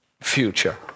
future